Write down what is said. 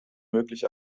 möglich